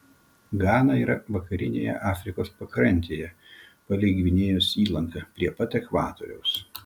gana yra vakarinėje afrikos pakrantėje palei gvinėjos įlanką prie pat ekvatoriaus